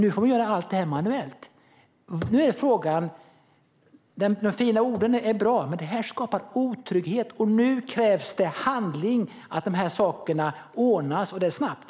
Nu får man göra allt det här manuellt. De fina orden är bra, men det här skapar otrygghet, och nu krävs det handling. De här sakerna måste ordnas, och det snabbt!